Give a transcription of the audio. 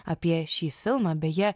apie šį filmą beje